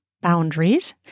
boundaries